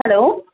hello